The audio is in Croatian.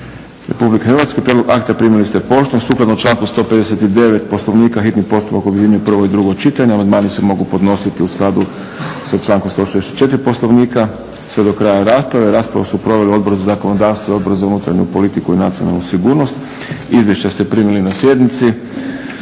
je Vlada RH. Prijedlog akta primili ste u pretince. Sukladno članku 159. Poslovnika hitni postupak objedinjuje prvo i drugo čitanje. Amandmani se mogu podnositi tako propisuje članak 164. Poslovnika sve do kraja rasprave. Raspravu su proveli Odbor za zakonodavstvo i Odbor za unutarnju politiku i nacionalnu sigurnost. Izvješća ste primili na sjednici.